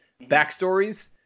backstories